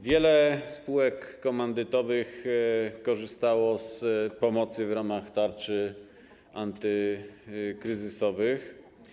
Wiele spółek komandytowych korzystało z pomocy w ramach tarcz antykryzysowych.